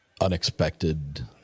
unexpected